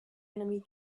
enemy